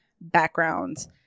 backgrounds